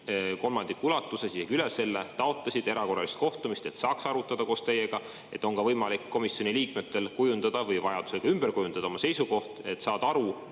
kolmandiku ulatuses, isegi üle selle, taotlesid erakorralist kohtumist, et saaks arutada koos teiega, et oleks võimalik komisjoni liikmetel kujundada või vajadusel ümber kujundada oma seisukoht, et saada aru,